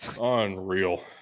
Unreal